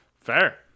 Fair